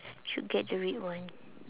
should get the red one